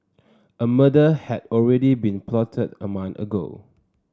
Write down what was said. a murder had already been plotted a month ago